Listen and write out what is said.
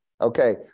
Okay